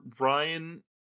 Ryan